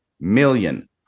million